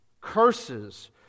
curses